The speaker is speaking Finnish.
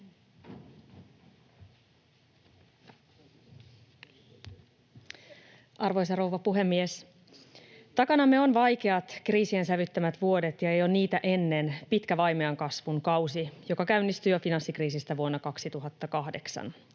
Arvoisa rouva puhemies! Takanamme ovat vaikeat kriisien sävyttämät vuodet ja jo niitä ennen pitkä vaimean kasvun kausi, joka käynnistyi jo finanssikriisistä vuonna 2008.